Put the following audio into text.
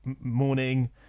morning